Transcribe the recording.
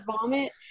vomit